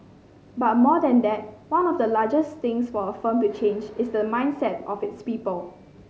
but more than that one of the largest things for a firm to change is the mindset of its people